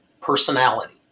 personality